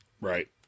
Right